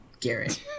Garrett